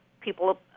people